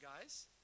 guys